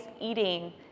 eating